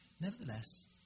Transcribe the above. Nevertheless